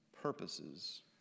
purposes